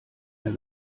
mehr